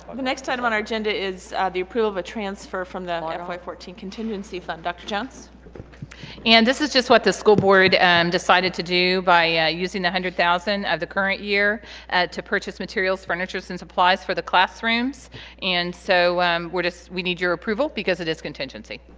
the next item on our agenda is the approval of a transfer from the fy fourteen contingency fund dr. jones and this is just what the school board and decided to do by using the hundred thousand of the current year to purchase materials furnitures and supplies for the classrooms and so we're just we need your approval because it is contingency